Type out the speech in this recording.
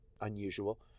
unusual